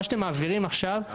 מה שאתם מעבירים עכשיו,